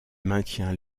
maintient